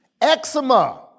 Eczema